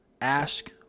ask